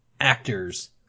actors